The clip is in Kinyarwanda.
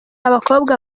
abakobwa